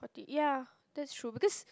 ya that's true because